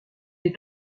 est